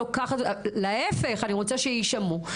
להפך אני רוצה שישמעו.